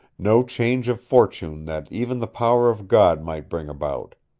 no change of fortune that even the power of god might bring about.